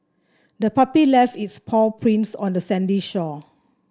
the puppy left its paw prints on the sandy shore